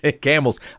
camels